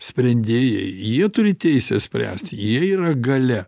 sprendėjai jie turi teisę spręsti jie yra galia